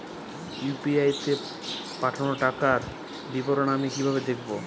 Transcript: UPI তে পাঠানো টাকার বিবরণ আমি কিভাবে দেখবো?